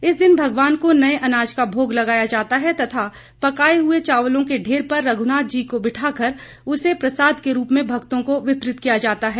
इस दिन भगवान को नए अनाज का भोग लगाया जाता है तथा पकाए हुए चावलों के ढेर पर रघुनाथ जी को बिठाकर उसे प्रसाद के रूप में भक्तों को वितरित किया जाता है